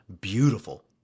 beautiful